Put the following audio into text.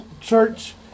church